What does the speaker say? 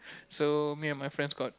so me and my friends got